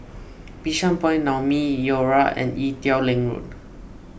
Bishan Point Naumi Liora and Ee Teow Leng Road